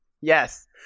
Yes